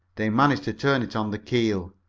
they managed to turn it on the keel,